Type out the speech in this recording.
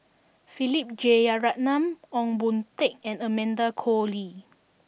Philip Jeyaretnam Ong Boon Tat and Amanda Koe Lee